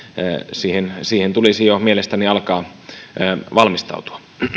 siihen siihen tulisi mielestäni alkaa jo valmistautua